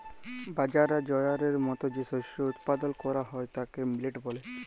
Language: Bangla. বাজরা, জয়ারের মত যে শস্য উৎপাদল ক্যরা হ্যয় তাকে মিলেট ব্যলে